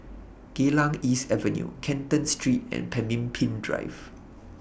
Geylang East Avenue Canton Street and Pemimpin Drive